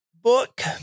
book